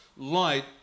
light